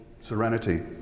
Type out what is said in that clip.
serenity